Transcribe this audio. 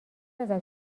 ازت